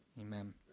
amen